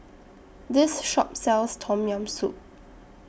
This Shop sells Tom Yam Soup